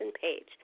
Page